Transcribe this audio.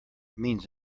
means